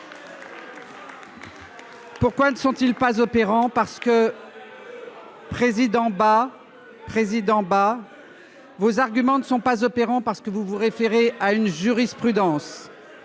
Pourquoi ne sont-ils pas opérants par. Président bah président bah. Vos arguments ne sont pas opérants parce que vous vous référez à une jurisprudence,